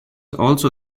also